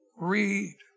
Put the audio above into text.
read